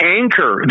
anchor